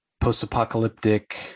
post-apocalyptic